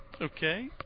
Okay